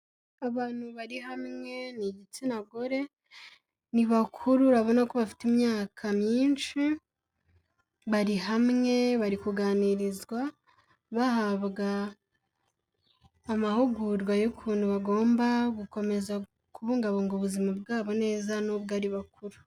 Abantu bari hamwe ni igitsina gore, ni bakuru urabona ko bafite imyaka myinshi, bari hamwe bari kuganirizwa bahabwa amahugurwa y'ukuntu bagomba gukomeza kubungabunga ubuzima bwabo neza nubwo ari bakuru.